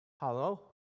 Hello